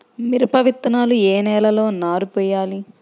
మిరప విత్తనాలు ఏ నెలలో నారు పోయాలి?